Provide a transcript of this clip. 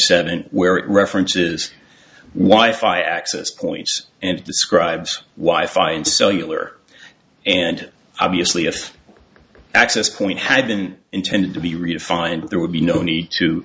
seven where it references why if i access points and it describes why i find cellular and obviously if access point had been intended to be redefined there would be no need to